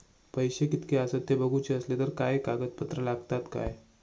पैशे कीतके आसत ते बघुचे असले तर काय कागद पत्रा लागतात काय?